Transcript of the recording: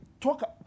talk